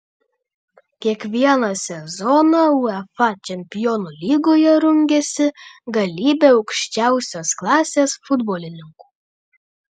kiekvieną sezoną uefa čempionų lygoje rungiasi galybė aukščiausios klasės futbolininkų